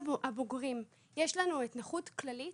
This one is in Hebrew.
יש לנו נכות כללית,